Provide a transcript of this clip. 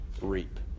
reap